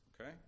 Okay